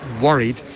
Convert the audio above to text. worried